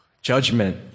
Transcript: Judgment